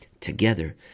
Together